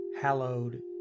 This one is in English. hallowed